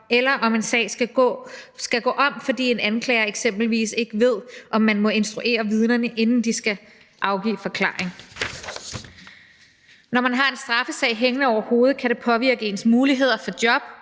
eller om en sag skal gå om, fordi en anklager eksempelvis ikke ved, om man må instruere vidnerne, inden de skal afgive forklaring. Når man har en straffesag hængende over hovedet, kan det påvirke ens muligheder for job,